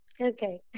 okay